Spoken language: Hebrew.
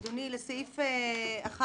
אדוני, הערה לסעיף 11(א)(2)